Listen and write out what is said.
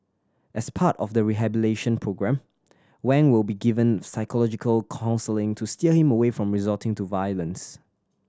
as part of the rehabilitation programme Wang will be given psychological counselling to steer him away from resorting to violence